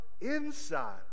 inside